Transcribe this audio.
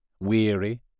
weary